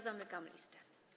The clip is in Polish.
Zamykam listę.